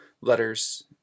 letters